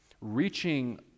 reaching